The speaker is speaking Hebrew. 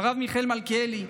הרב מיכאל מלכיאלי,